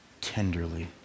tenderly